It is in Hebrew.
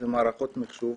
ואת מערכות המחשוב.